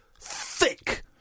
thick